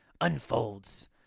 unfolds